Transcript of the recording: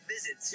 Visit